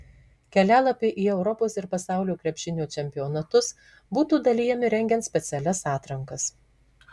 kelialapiai į europos ir pasaulio krepšinio čempionatus būtų dalijami rengiant specialias atrankas